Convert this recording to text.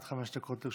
עד חמש דקות לרשותך.